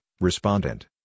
respondent